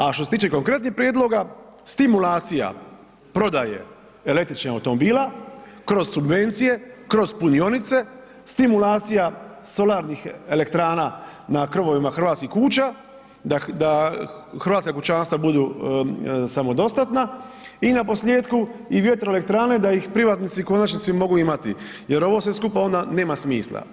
A što se tiče konkretnih prijedloga, stimulacija prodaje električnih automobila kroz subvencije, kroz punionice, stimulacija solarnih elektrana na krovovima hrvatskih kuća da hrvatska kućanstva budu samodostatna i naposljetku i vjetroelektrane da ih i privatnici u konačnici mogu imati jer ovo sve skupa nema smisla.